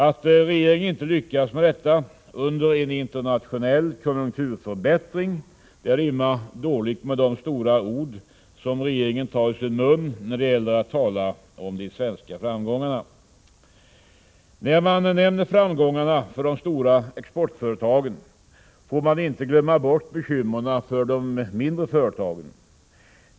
Att regeringen inte lyckats med detta under en internationell konjunkturförbättring rimmar dåligt med de stora ord som regeringen tar i sin mun när det gäller att tala om de svenska framgångarna. När man nämner framgångarna för de stora exportföretagen får man inte glömma bort bekymren för de mindre företagen.